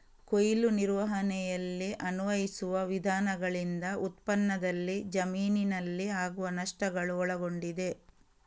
ಕೊಯ್ಲು ನಿರ್ವಹಣೆಯಲ್ಲಿ ಅನ್ವಯಿಸುವ ವಿಧಾನಗಳಿಂದ ಉತ್ಪನ್ನದಲ್ಲಿ ಜಮೀನಿನಲ್ಲಿ ಆಗುವ ನಷ್ಟಗಳು ಒಳಗೊಂಡಿದೆ